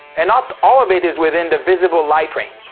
and not all of it is within the visible light range.